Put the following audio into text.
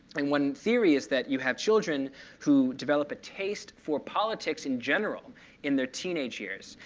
and one theory is that you have children who develop a taste for politics in general in their teenage years,